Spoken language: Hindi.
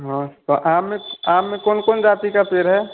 हाँ तो आम आम में कौन कौन जाति का पेड़ है